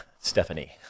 Stephanie